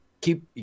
keep